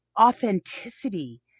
authenticity